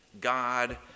God